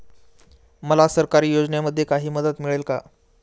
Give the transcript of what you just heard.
मला सरकारी योजनेमध्ये काही मदत मिळेल का?